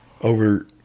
over